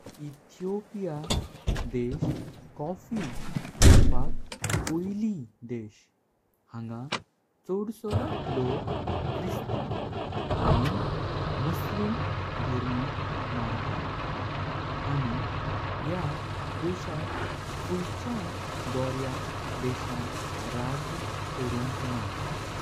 Ethiopia देश coffee कोरपाक पयली देश हांगा चौदसो लोक ख्रिस्ताव। आनी मुस्लीम धर्म मंता आनी ह्या देशाक फुयच्यार गोरया देशां राज करुंक ना।